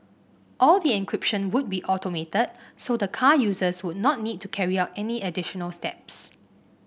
all the encryption would be automated so the car users would not need to carry out any additional steps